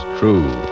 true